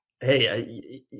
Hey